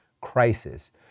crisis